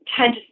tend